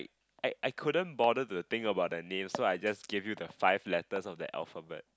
I I couldn't bother to think about the names so I just gave you the five letters of the alphabet